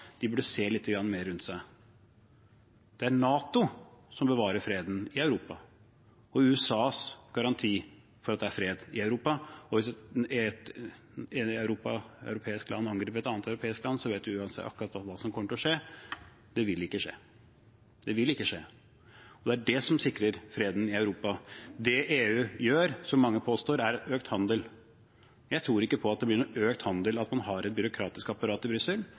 burde se litt mer rundt seg. Det er NATO – og USAs garanti for fred – som bevarer freden i Europa, og hvis et europeisk land angriper et annet europeisk land, vet vi uansett akkurat hva som kommer til å skje – det vil ikke skje. Det vil ikke skje. Det er det som sikrer freden i Europa. Det EU bidrar til, slik mange påstår, er økt handel. Jeg tror ikke på at det blir økt handel av at man har et byråkratisk apparat i Brussel.